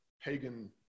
pagan